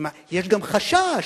יש גם חשש.